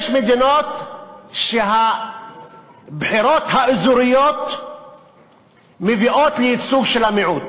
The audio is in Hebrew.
יש מדינות שהבחירות האזוריות מביאות לייצוג של המיעוט.